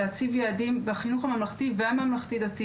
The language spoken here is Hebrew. להציב יעדים בחינוך הממלכתי והממלכתי-דתי